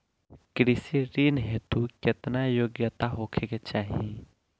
कृषि ऋण हेतू केतना योग्यता होखे के चाहीं?